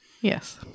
Yes